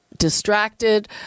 distracted